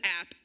app